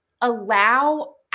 allow